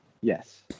Yes